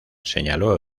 señaló